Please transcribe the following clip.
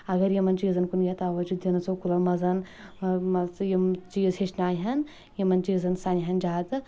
اگر یِمن چیٖزن کُن ییٖہا توجوٗ دِنہٕ سکوٗلن منٛز مان ژٕ یِم چیٖز ہیٚچھنایہَن یِمن چیٖزن سنہٕ ہَن زیادٕ